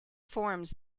forms